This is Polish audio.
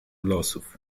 losów